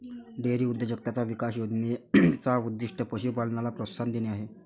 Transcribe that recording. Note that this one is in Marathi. डेअरी उद्योजकताचा विकास योजने चा उद्दीष्ट पशु पालनाला प्रोत्साहन देणे आहे